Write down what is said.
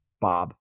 Bob